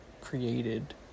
created